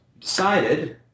decided